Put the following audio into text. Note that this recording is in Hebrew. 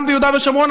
גם ביהודה ושומרון,